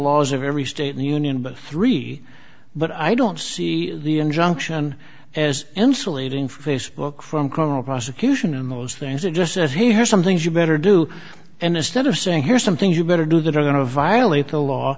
laws of every state in the union but three but i don't see the injunction as insulating facebook from criminal prosecution in most things it just says he has some things you better do and instead of saying here's some things you better do that are going to violate the law